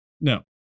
no